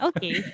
Okay